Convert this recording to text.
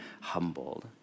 humbled